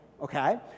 okay